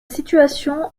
situation